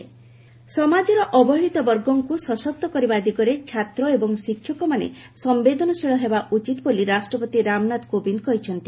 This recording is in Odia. ପ୍ରେକ୍ ଉତ୍କଳ ୟୁନିଭର୍ସିଟି ସମାଜର ଅବହେଳିତ ବର୍ଗଙ୍କୁ ସଶକ୍ତ କରିବା ଦିଗରେ ଛାତ୍ର ଏବଂ ଶିକ୍ଷକମାନେ ସମ୍ଭେଦନଶୀଳ ହେବା ଉଚିତ ବୋଲି ରାଷ୍ଟ୍ରପତି ରାମନାଥ କୋବିନ୍ଦ କହିଛନ୍ତି